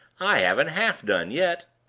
i haven't half done yet.